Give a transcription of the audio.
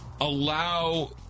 allow